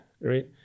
right